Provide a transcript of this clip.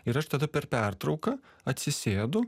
ir aš tada per pertrauką atsisėdu